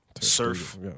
surf